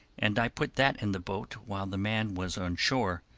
and i put that in the boat while the man was on shore.